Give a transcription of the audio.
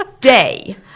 day